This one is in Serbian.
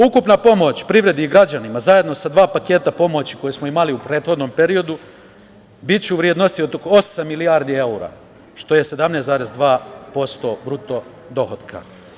Ukupna pomoć privredi i građanima zajedno sa dva paketa pomoći koje smo imali u prethodnom periodu, biće u vrednosti od oko osam milijardi evra, što je 17,2% BDP.